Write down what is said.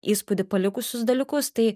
įspūdį palikusius dalykus tai